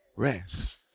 Rest